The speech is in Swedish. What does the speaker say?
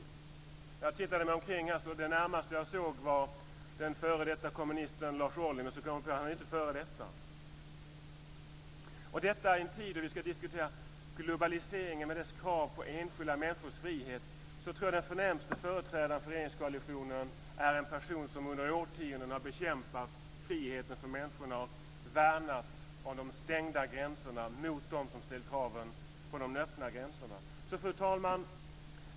När jag tittade mig omkring var det närmaste jag såg den f.d. kommunisten Lars Ohly, men så kom jag på att han inte är f.d. I en tid när vi ska diskutera globaliseringen med dess krav på enskilda människors frihet tror jag att den förnämste företrädaren för regeringskoalitionen är en person som under årtionden har bekämpat friheten för människorna och värnat om de stängda gränserna mot dem som ställt kraven på de öppna gränserna. Fru talman!